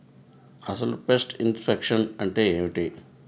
అసలు pest infection అంటే ఏమిటి?